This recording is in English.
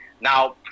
now